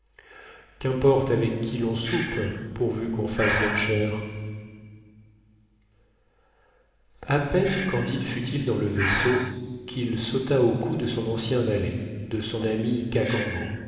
qu'importé avec qui l'on soupe pourvu qu'on fasse bonne chère a peine candide fut-il dans le vaisseau qu'il sauta au cou de son ancien valet de son ami